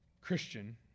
Christian